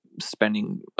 spending